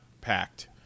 packed